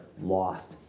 lost